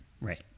right